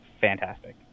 fantastic